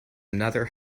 another